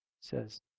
says